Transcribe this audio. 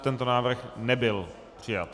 Tento návrh nebyl přijat.